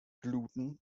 gluten